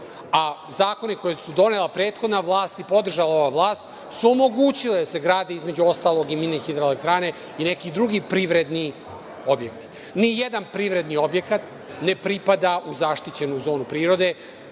a zakoni koje je donela prethodna vlast i podržala ova vlast su omogućili da se grade između ostalog i mini hidroelektrane i neki drugi privredni objekti. Ni jedan privredni objekat ne pripada u zaštićenu zonu prirode,